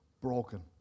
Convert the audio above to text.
broken